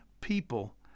people